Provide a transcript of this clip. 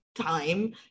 time